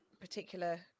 particular